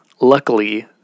luckily